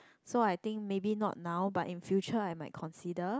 so I think maybe not now but in future I might consider